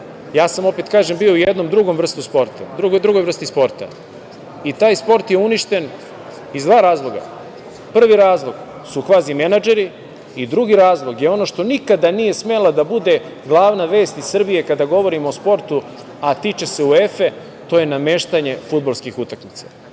kažem, ja sam bio u jednoj drugoj vrsti sporta i taj sport je uništen iz dva razloga. Prvi razlog su kvazi menadžeri i drugi razlog je ono što nikada nije smela da bude glavna vest iz Srbije kada govorimo o sportu, a tiče se UEFE, to je nameštanje fudbalskih utakmica.